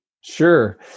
Sure